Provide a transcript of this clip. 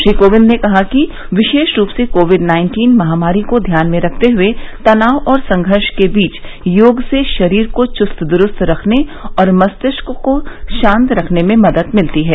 श्री कोविंद ने कहा कि विशेष रूप से कोविड नाइन्टीन महामारी को ध्यान में रखते हुए तनाव और संघर्ष के बीच योग से शरीर को चुस्त दुरुस्त रखने और मस्तिष्क को शांत रखने में मदद मिलती है